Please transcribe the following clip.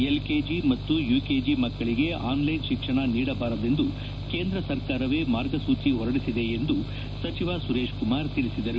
LKG ಮತ್ತು UKG ಮಕ್ಕಳಿಗೆ online ಶಿಕ್ಷಣ ನೀಡಬಾರದೆಂದು ಕೇಂದ್ರ ಸರ್ಕಾರವೇ ಮಾರ್ಗಸೂಚಿ ಹೊರಡಿಸಿದೆ ಎಂದು ಸುರೇಶ್ ಕುಮಾರ್ ತಿಳಿಸಿದರು